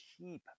cheap